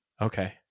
Okay